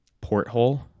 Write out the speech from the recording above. porthole